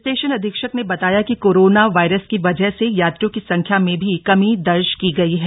station अधीक्षक ने बताया कि कोरोना वायरस की वजह से यात्रियों की संख्या मे भी कमी दर्ज की गई है